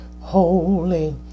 holy